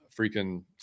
freaking